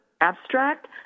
abstract